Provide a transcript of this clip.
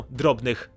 drobnych